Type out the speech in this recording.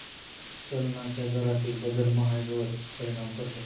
चलनाच्या दरातील बदल महागाईवर परिणाम करतो